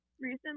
recently